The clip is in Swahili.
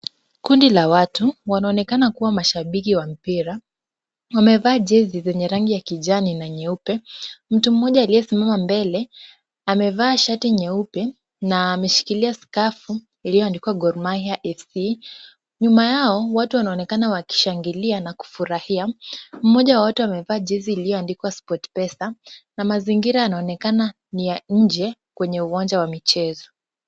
Kundi la watu wanaonekana kuwa mashabiki wa mpira, wamevaa jezi zenye rangi ya kijani na nyeupe. Mtu mmoja aliyesimama mbele amevaa shati nyeupe na ameshikilia skafu iliyoandikwa Gor Mahia FC. Nyuma yao watu wanaonekana wakishangilia na kufurahia. Mmoja wa watu amevaa jezi iliyoandikwa Sportpesa na mazingira yanaonekana ni ya nje kwenye uwanja wa michezo.